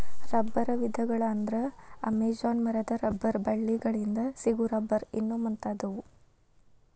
ರಬ್ಬರ ವಿಧಗಳ ಅಂದ್ರ ಅಮೇಜಾನ ಮರದ ರಬ್ಬರ ಬಳ್ಳಿ ಗಳಿಂದ ಸಿಗು ರಬ್ಬರ್ ಇನ್ನು ಮುಂತಾದವು